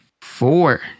Four